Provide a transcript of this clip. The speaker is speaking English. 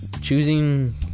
choosing